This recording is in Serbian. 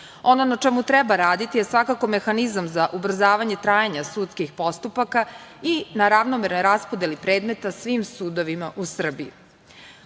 Ono na čemu treba raditi je svakako mehanizam za ubrzavanje trajanja sudskih postupaka i na ravnomernoj raspodeli predmeta svim sudovima u Srbiji. Uskoro